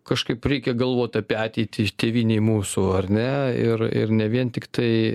kažkaip reikia galvot apie ateitį tėvynėj mūsų ar ne ir ir ne vien tiktai